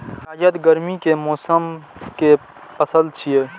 जायद गर्मी के मौसम के पसल छियै